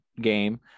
game